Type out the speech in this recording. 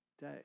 day